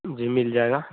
जी मिल जाएगा